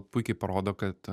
puikiai parodo kad